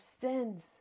sins